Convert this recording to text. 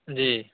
जी